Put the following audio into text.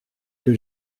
que